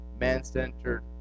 man-centered